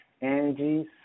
Angie's